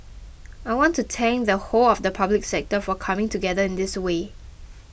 I want to thank the whole of the Public Service for coming together in this way